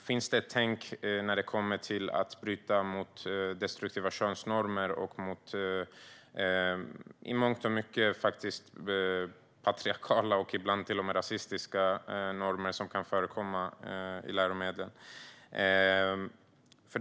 Finns det ett tänk när det kommer till att bryta mot destruktiva könsnormer och i mångt och mycket patriarkala, ibland till och med rasistiska, normer som kan förekomma i läromedlen?